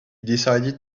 decided